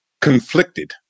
conflicted